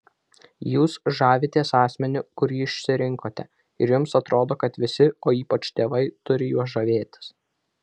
jūs žavitės asmeniu kurį išsirinkote ir jums atrodo kad visi o ypač tėvai turi juo žavėtis